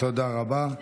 תודה רבה.